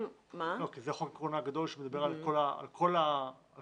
כי זה חוק הקורונה הגדול שמדבר על כל המדינה,